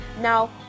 Now